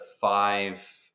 five